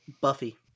buffy